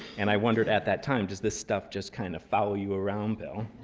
and i wondered at that time, does this stuff just kind of follow you around, bill?